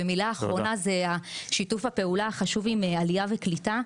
מילה אחרונה זה שיתוף הפעולה החשוב עם עלייה וקליטה.